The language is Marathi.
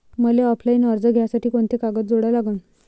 मले ऑफलाईन कर्ज घ्यासाठी कोंते कागद जोडा लागन?